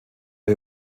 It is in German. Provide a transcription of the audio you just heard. der